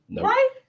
Right